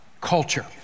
culture